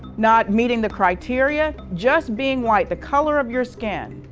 not meeting the criteria, just being white, the color of your skin.